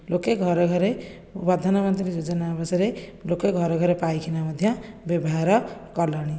ଲୋକେ ଘରେ ଘରେ ପ୍ରଧାନମନ୍ତ୍ରୀ ଯୋଜନା ବିଷୟରେ ଲୋକେ ଘରେ ଘରେ ପାଇଖାନା ମଧ୍ୟ ବ୍ୟବହାର କଲେଣି